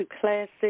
classic